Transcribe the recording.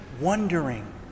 wondering